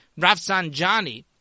Rafsanjani